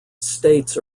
states